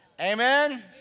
Amen